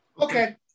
Okay